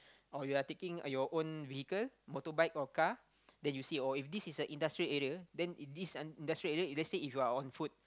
or you are taking your own vehicle motorbike or car that you see or if this is a industrial area then it this industrial area if let's say you are on foot